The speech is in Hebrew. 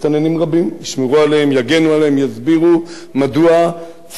יסבירו מדוע צריך להביא את כל אפריקה